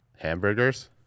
hamburgers